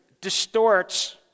distorts